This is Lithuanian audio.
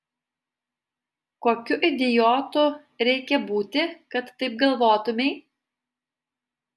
kokiu idiotu reikia būti kad taip galvotumei